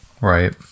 Right